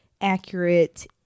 accurate